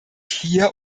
hier